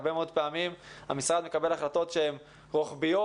הרבה מאוד פעמים המשרד מקבל החלטות שהן רוחביות,